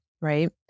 right